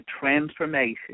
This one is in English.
transformation